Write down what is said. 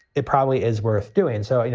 it probably is worth doing so.